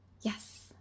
yes